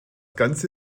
ganze